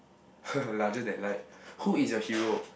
larger than life who is your hero